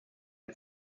den